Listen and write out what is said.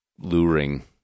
luring